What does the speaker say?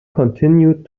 continued